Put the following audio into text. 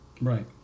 Right